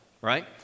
right